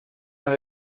nos